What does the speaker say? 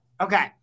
Okay